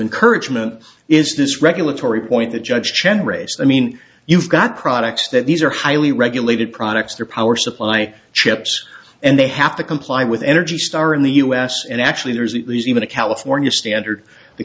encouragement is this regulatory point the judged then race i mean you've got products that these are highly regulated products they're power supply chips and they have to comply with energy star in the u s and actually there's even a california standard the